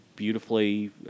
beautifully